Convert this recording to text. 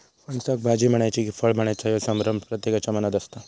फणसाक भाजी म्हणायची कि फळ म्हणायचा ह्यो संभ्रम प्रत्येकाच्या मनात असता